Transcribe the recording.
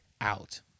out